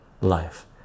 life